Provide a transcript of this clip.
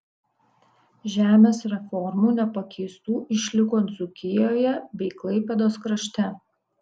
žemės reformų nepakeistų išliko dzūkijoje bei klaipėdos krašte